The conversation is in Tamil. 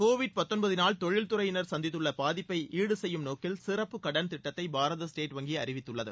கோவிட் பத்தொன்பதினால் தொழில் துறையினர் சந்தித்துள்ள பாதிப்பை ஈடுசெய்யும் நோக்கில் சிறப்பு கடன் திட்டத்தை பாரத ஸ்டேட் வங்கி அறிவித்துள்ளது